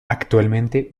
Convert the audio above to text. actualmente